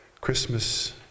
Christmas